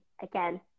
again